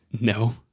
No